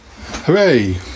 Hooray